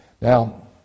Now